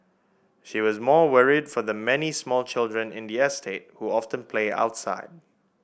she was more worried for the many small children in the estate who often play outside